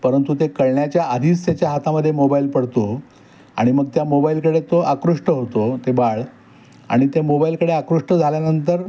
परंतु ते कळण्याच्या आधीच त्याच्या हातामध्ये मोबाईल पडतो आणि मग त्या मोबाईलकडे तो आकृष्ट होतो ते बाळ आणि त्या मोबाईलकडे आकृष्ट झाल्यानंतर